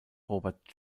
robert